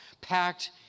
packed